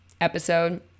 episode